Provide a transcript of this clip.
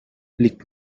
liegt